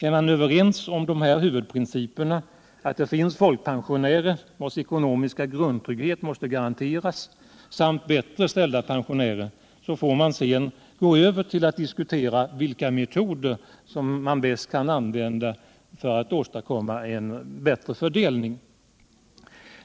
Är man överens om de här huvudprinciperna — att det finns folkpensionärer vilkas ekonomiska grundtrygghet måste garanteras samt bättre ställda pensionärer, så får man sedan gå över till att diskutera vilka metoder man bäst kan använda för att åstadkomma en bättre fördelning.